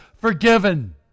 forgiven